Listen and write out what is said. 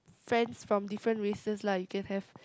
friends from different races lah you can have